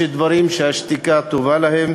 יש דברים שהשתיקה טובה להם.